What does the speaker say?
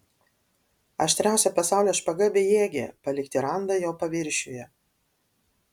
aštriausia pasaulio špaga bejėgė palikti randą jo paviršiuje